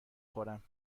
خورم